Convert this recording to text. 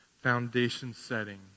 foundation-setting